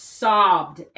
sobbed